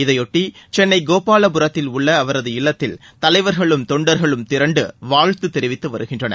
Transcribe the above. இதைபொட்டி சென்னை கோபாலபுரத்தில் உள்ள அவரது இல்லத்தில் தலைவர்களும் தொண்டர்களும் திரண்டு வாழ்த்து தெரிவித்து வருகின்றனர்